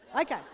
Okay